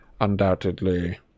undoubtedly